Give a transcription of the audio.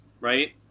right